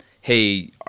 hey